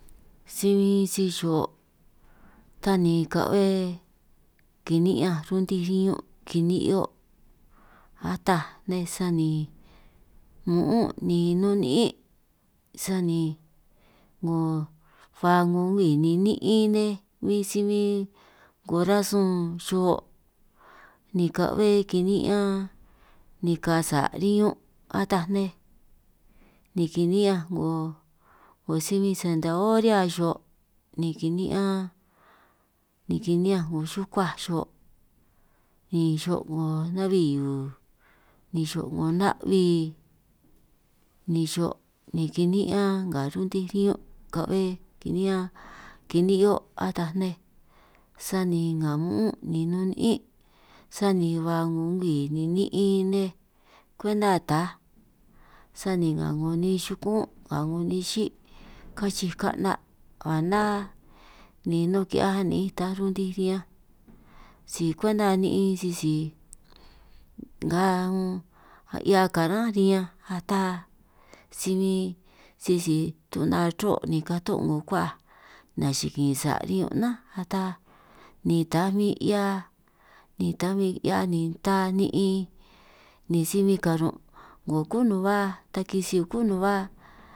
Si bin si xo' ta ni ka'be kini'hiaj runtij riñun' kinihio' ataj nej, sani mu'ún' ni nun ni'ín' sani 'ngo ba 'ngo ngwii ni ni'in nej bin si huin 'ngo rasun xo', ni ka'be kini'ñan ni ka sa' riñun' ataj nej ni kini'ñanj 'ngo si bin santahoria xo', ni kini'ñan ni kini'ñanj 'ngo xukuaj xo' ni xo' 'ngo na'bi hiu ni xo' 'ngo na'bi, ni xo' ni kini'ñan nga runtij riñun' ka'be kiniñan kini'hio' ataj nej, sani nga muún' ni nun niín' sani ba 'ngo nwii ni ni'in nej kwenta taaj, sani nga 'ngo nej xukún' nga 'ngo xí' kachij ka'na' ka ná ni nun ki'hiaj ni'in ta runtij riñanj, si kwenta ni'in sisi nga unn 'hiaj karán riñanj ataj si bin sisi tu'na ro' ni kato' 'ngo kuhuaj, ni nachikin sa' riñun nnánj ni ta bin sisi tuna ro' ni kató' 'ngo ku'huaj nachikin sa' riñun nnánj ata, ni ta bin 'hia ni ta bin ni ta ni'in ni si bin karun' 'ngo kúnuhuá taki siu kúnuhuá.